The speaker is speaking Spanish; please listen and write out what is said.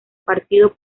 partido